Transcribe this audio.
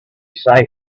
safe